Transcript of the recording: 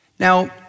Now